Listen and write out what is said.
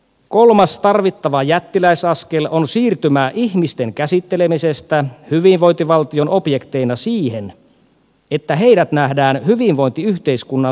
kolmas tarvittava jättiläisaskel on siirtymä ihmisten käsittelemisestä hyvinvointivaltion objekteina siihen että heidät nähdään hyvinvointiyhteiskunnan subjekteina